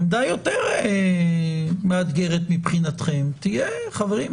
עמדה יותר מאתגרת מבחינתכם תהיה: חברים,